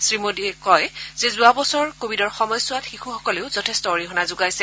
শ্ৰী মোডীয়ে কয় যে যোৱা বছৰো কোৱিডৰ সময়ছোৱাত শিশুসকলে যথেষ্ট অৰিহণা যোগাইছে